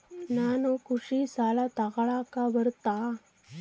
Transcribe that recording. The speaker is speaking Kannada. ನಾನು ಕೃಷಿ ಸಾಲ ತಗಳಕ ಬರುತ್ತಾ?